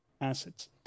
assets